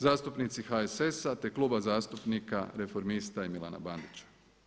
Zastupnici HSS-a, te kluba zastupnika Reformista i Milana Bandića.